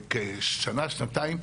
כשנה-שנתיים,